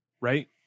right